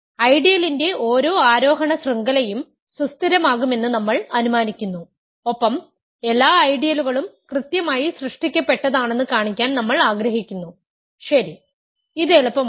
ഐഡിയലിന്റെ ഓരോ ആരോഹണ ശൃംഖലയും സുസ്ഥിരമാകുമെന്ന് നമ്മൾ അനുമാനിക്കുന്നു ഒപ്പം എല്ലാ ഐഡിയലുകളും കൃത്യമായി സൃഷ്ടിക്കപ്പെട്ടതാണെന്ന് കാണിക്കാൻ നമ്മൾ ആഗ്രഹിക്കുന്നു ശരി ഇത് എളുപ്പമാണ്